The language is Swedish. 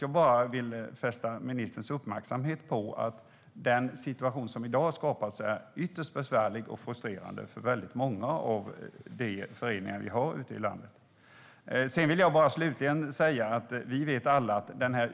Jag vill bara fästa ministerns uppmärksamhet på att dagens situation är ytterst besvärlig och frustrerande för många av landets föreningar.